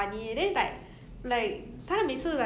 !aww! !aww!